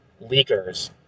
leakers